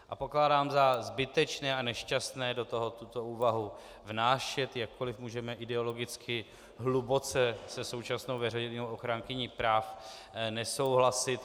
A pokládám za zbytečné a nešťastné do toho tuto úvahu vnášet, jakkoli můžeme ideologicky hluboce se současnou veřejnou ochránkyní práv nesouhlasit.